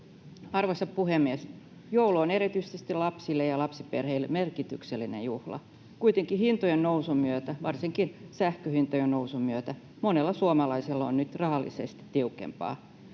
Arvoisa puhemies! Joulu on erityisesti lapsille ja lapsiperheille merkityksellinen juhla. Kuitenkin hintojen nousun myötä — varsinkin sähkön hintojen nousun myötä — monella suomalaisella on nyt rahallisesti tiukempaa.